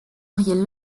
auriez